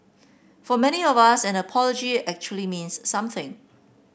for many of us an apology actually means something